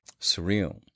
surreal